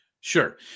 Sure